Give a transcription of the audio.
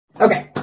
Okay